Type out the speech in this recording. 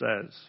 says